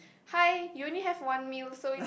hi you only have one meal so you